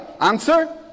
Answer